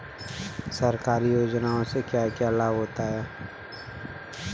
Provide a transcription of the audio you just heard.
सरकारी योजनाओं से क्या क्या लाभ होता है?